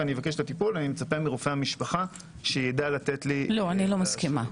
אבקש את הטיפול ומצפה מרופא המשפחה שיידע לתת לי- -- אני לא מסכימה.